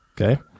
Okay